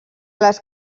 les